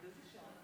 יושב-ראש הישיבה,